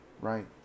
right